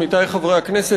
עמיתי חברי הכנסת,